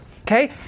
Okay